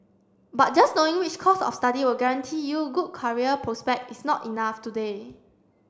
but just knowing which course of study will guarantee you good career prospect is not enough today